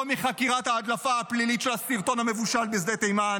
לא מחקירת ההדלפה הפלילית של הסרטון המבושל משדה תימן